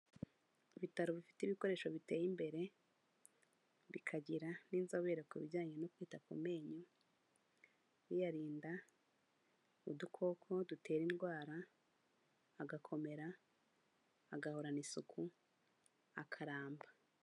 Ibitaro bifite ibikoresho biteye imbere, bikagira n'inzobere ku bijyanye no kwita ku menyo, biyarinda udukoko dutera indwara, agakomera, agahorana isuku, akaramba.